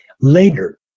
Later